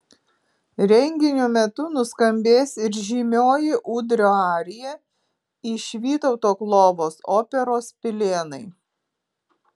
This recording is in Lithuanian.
renginio metu nuskambės ir žymioji ūdrio arija iš vytauto klovos operos pilėnai